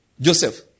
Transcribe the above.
Joseph